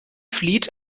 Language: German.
flieht